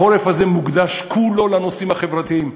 החורף הזה מוקדש כולו לנושאים החברתיים.